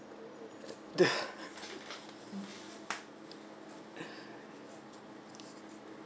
the